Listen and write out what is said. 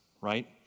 right